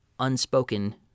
unspoken